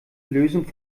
lösung